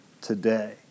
today